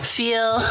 feel